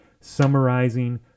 summarizing